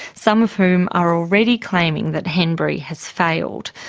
some of whom are already claiming that henbury has failed.